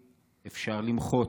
אפשר להפגין, אפשר למחות,